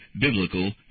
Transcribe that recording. biblical